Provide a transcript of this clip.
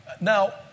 Now